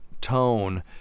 tone